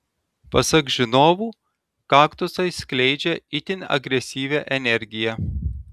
pasak žinovų kaktusai skleidžia itin agresyvią energiją